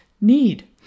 need